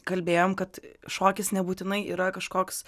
kalbėjom kad šokis nebūtinai yra kažkoks